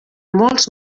molts